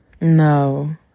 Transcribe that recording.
no